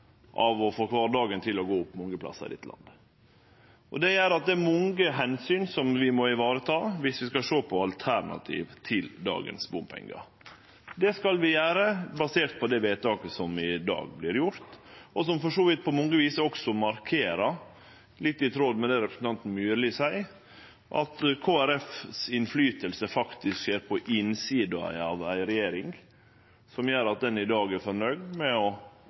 å få kvardagen til å gå opp mange plassar i dette landet. Det gjer at det er mange omsyn vi må vareta om vi skal sjå på alternativ til dagens bompengar. Det skal vi gjere basert på det vedtaket som i dag vert gjort og som på mange vis også markerer – litt i tråd med det representanten Myrli seier – at Kristeleg Folkepartis påverknad faktisk skjer på innsida av ei regjering, som gjer at ein i dag er fornøgd med å